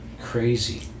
Crazy